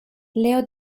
leo